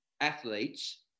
athletes